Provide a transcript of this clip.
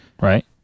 right